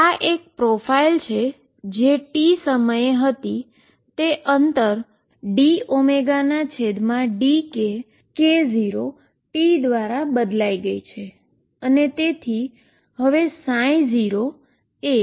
એક પ્રોફાઇલ જે t સમયે હતી તે ડીસ્ટન્સ dωdkk0 t દ્વારા બદલાઈ ગઈ છે